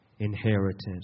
inheritance